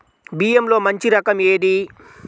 బియ్యంలో మంచి రకం ఏది?